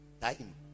Time